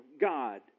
God